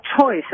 choice